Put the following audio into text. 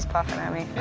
puffin' at me.